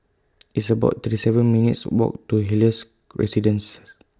It's about thirty seven minutes Walk to Helios Residences